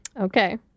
Okay